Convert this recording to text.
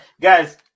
guys